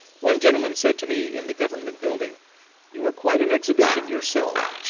one gentleman said to me in the government building you are quite an exhibition yourself.